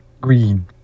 Green